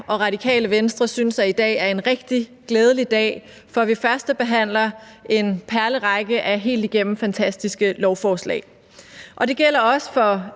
og Radikale Venstre synes, at i dag er en rigtig glædelig dag, for vi førstebehandler en perlerække af helt igennem fantastiske lovforslag. Det gælder også for